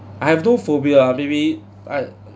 I have no phobia maybe I